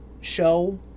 show